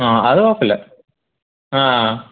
ആ അത് കുഴപ്പമില്ല ആ ആ